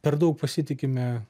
per daug pasitikime